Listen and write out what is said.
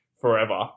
forever